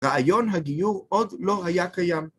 רעיון הגיור עוד לא היה קיים.